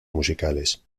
musicales